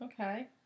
Okay